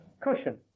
Cushion